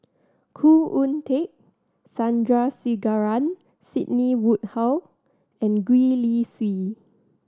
Khoo Oon Teik Sandrasegaran Sidney Woodhull and Gwee Li Sui